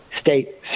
state